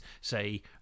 say